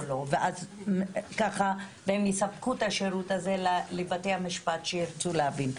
או לא ואז ככה והם יספקו את השירות הזה לבתי המשפט שירצו להבין,